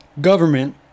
Government